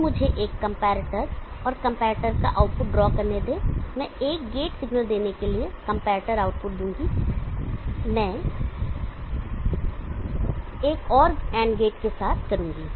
अब मुझे एक कंपैरेटर और कंपैरेटर का आउटपुट ड्रॉ करने दें मैं एक गेट सिग्नल देने के लिए कंपैरेटर आउटपुट दूंगा और मैं एक और AND गेट के साथ करूंगा